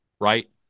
right